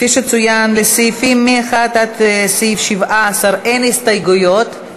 לסעיפים 1 17 אין הסתייגויות,